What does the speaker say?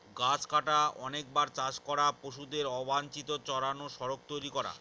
গাছ কাটা, অনেকবার চাষ করা, পশুদের অবাঞ্চিত চড়ানো, সড়ক তৈরী করা